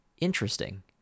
interesting